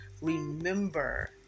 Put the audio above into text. remember